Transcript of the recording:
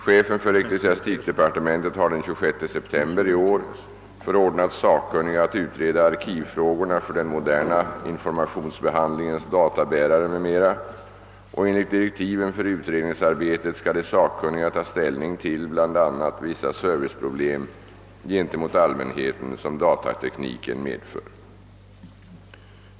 Chefen för ecklesiastikdepartementet har den 26 september i år förordnat sakkunniga att utreda arkivfrågorna för den moderna informationsbehandlingens databärare m.m., och enligt direktiven för utredningsarbetet skall de sakkunniga ta ställning till bl.a. vissa serviceproblem gentemot allmänheten som datatekniken medför.